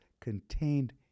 contained